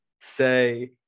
say